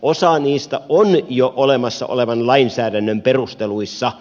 osa niistä on jo olemassa olevan lainsäädännön perusteluissa